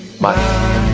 Bye